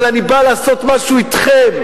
אלא אני בא לעשות משהו אתכם,